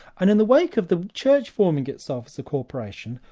and in the wake of the church forming itself as a corporation,